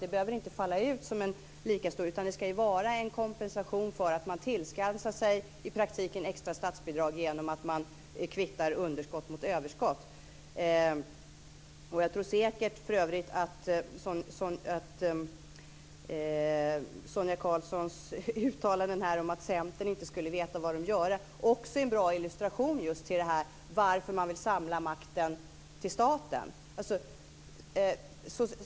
Det behöver inte falla ut på ett sådant sätt, utan det ska vara en kompensation för att man i praktiken tillskansar sig extra statsbidrag genom att man kvittar underskott mot överskott. För övrigt tror jag säkert att Sonia Karlssons uttalanden här om att Centern inte skulle veta vad man gör också är en bra illustration till att socialdemokraterna vill samla makten till staten.